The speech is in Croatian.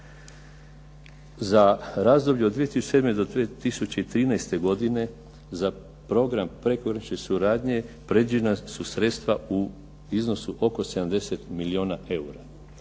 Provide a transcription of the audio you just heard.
Za razdoblje od 2007. do 2013. godine za program prekogranične suradnje predviđena su sredstva u iznosu oko 70 milijuna eura.